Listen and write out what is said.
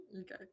okay